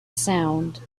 sound